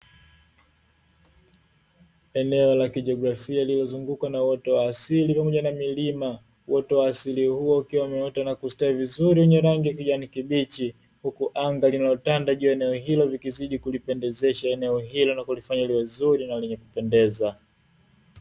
Eneo la kijiografia lililozungukwa na uoto wa asili, pamoja na milima. Uoto wa asili huo ukiwa umeota na kustawi vizuri wenye rangi ya kijani kibichi, huku anga linalotanda juu ya eneo hilo likizidi kulipendezesha eneo hilo na kulifanya liwe zuri na lenye kupendeza.